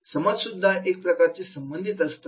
समाज सुद्धा एक प्रकारचे संबंधित असतात